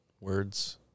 words